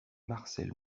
marcel